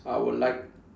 I would like